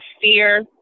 fear